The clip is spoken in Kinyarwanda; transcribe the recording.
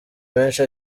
menshi